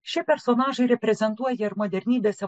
šie personažai reprezentuoja ir modernybės